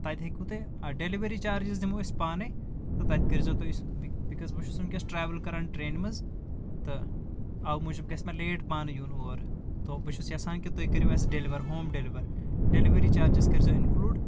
تتہِ ہیکۍوٕ تُہۍ آ ڈیلوری چارجِس دِمو أس پانے تتہِ کٔرزٮ۪و تُہۍ بکز بہٕ چھُس ؤنکیٚس ٹرٛیوٕل کران ٹرٛینہِ منٛز تہٕ آوٕ موٗجوٗب گژھِ مےٚ لیٹ پانہٕ یُن اور تو بہٕ چھُس یژھان تُہۍ کٔرِو اسہِ deliver home deliver delivery charges کٔرزٮ۪و اِن کٕلوٗڈ